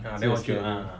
这种 ah